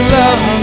love